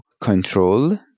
control